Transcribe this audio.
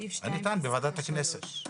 אני אטען בוועדת הכנסת.